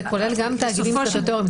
זה כולל גם תאגידים סטטוטוריים.